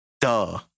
Duh